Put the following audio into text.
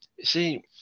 see